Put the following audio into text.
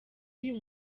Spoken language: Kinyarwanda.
uyu